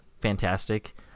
fantastic